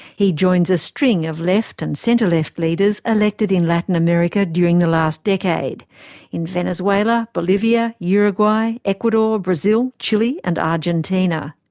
he joins a string of left and centre-left leaders elected in latin america during the last decade in venezuela, bolivia, uruguay, ecuador, brazil, chile, and argentina.